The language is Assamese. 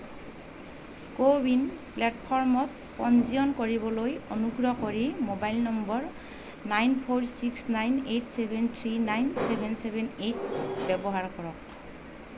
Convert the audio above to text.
কো ৱিন প্লে'টফৰ্মত পঞ্জীয়ন কৰিবলৈ অনুগ্ৰহ কৰি mobile number nine four six nine eight seven three nine seven seven eight ব্যৱহাৰ কৰক